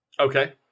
Okay